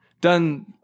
done